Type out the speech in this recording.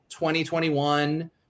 2021